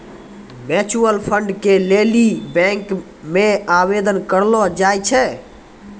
mutual fund के लेली bank मे आवेदन करलो जाय छै